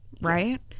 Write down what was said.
right